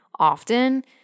often